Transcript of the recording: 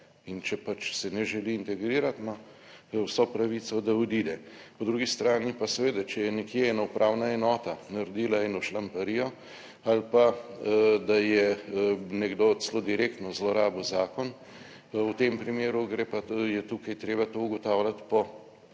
in če pač se ne želi integrirati, ima vso pravico, da odide. Po drugi strani pa seveda, če je nekje ena upravna enota naredila eno šlamparijo ali pa, da je nekdo celo direktno zlorabil zakon, v tem primeru je tukaj treba to ugotavljati po